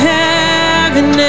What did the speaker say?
heaven